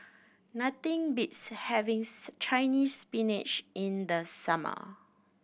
nothing beats having Chinese Spinach in the summer